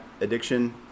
addiction